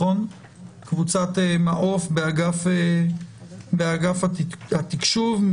קבוצת מעוף באגף התקשוב,